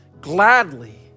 gladly